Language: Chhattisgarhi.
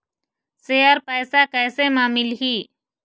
शेयर पैसा कैसे म मिलही?